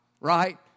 right